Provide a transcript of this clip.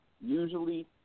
usually